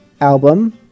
album